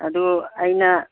ꯑꯗꯨ ꯑꯩꯅ